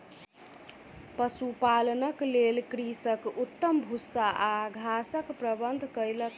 पशुपालनक लेल कृषक उत्तम भूस्सा आ घासक प्रबंध कयलक